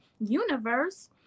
universe